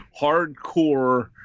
hardcore